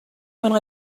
when